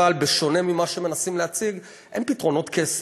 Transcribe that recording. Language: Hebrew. אבל בשונה ממה שמנסים להציג, אין פתרונות קסם.